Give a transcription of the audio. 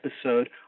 episode